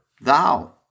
thou